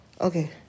okay